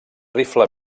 rifle